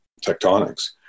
tectonics